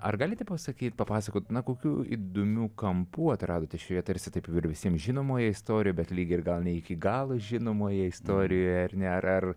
ar galite pasakyt papasakot na kokių įdomių kampų atradote šioje tarsi taip ir visiems žinomoje istorijoje bet lyg ir gal ne iki galo žinomoje istorijoje ar ne ar